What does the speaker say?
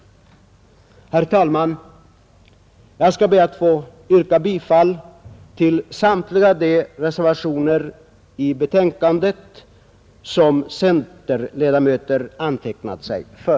Herr talman! Jag skall be att få yrka bifall till samtliga de reservationer till betänkandet som centerledamöter antecknat sig för.